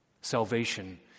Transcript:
Salvation